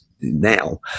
now